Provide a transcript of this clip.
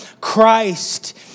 Christ